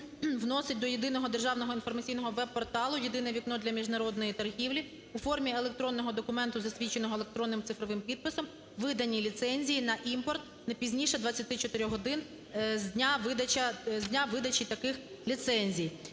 вносить до Єдиного державного інформаційного веб-порталу "єдине вікно" для міжнародної торгівлі у формі електронного документу, засвідченого електронним цифровим підписом, видані ліцензії на імпорт не пізніше 24 годин з дня видачі таких ліцензій.